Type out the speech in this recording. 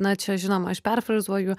na čia žinoma aš perfrazuoju